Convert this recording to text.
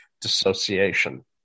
dissociation